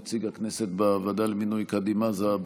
נציג הכנסת בוועדה למינוי קאדים מד'הב